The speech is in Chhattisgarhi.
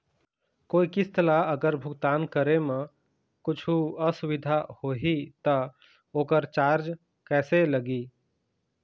कोई किस्त ला अगर भुगतान करे म कुछू असुविधा होही त ओकर चार्ज कैसे लगी?